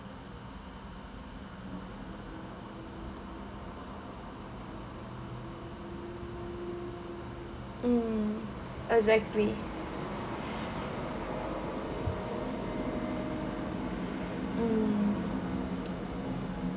mm exactly mm